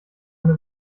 eine